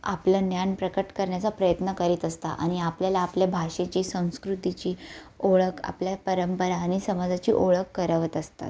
आपलं ज्ञान प्रकट करण्याचा प्रयत्न करीत असता आणि आपल्याला आपल्या भाषेची संस्कृतीची ओळख आपल्या परंपरा आणि समाजाची ओळख करवत असतात